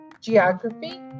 Geography